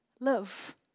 love